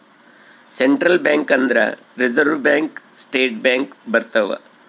central bank ಅಂದ್ರ reserve bank state bank ಬರ್ತವ